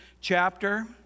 chapter